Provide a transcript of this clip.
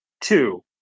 two